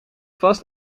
vast